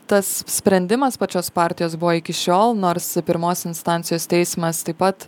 tas sprendimas pačios partijos buvo iki šiol nors pirmos instancijos teismas taip pat